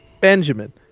Benjamin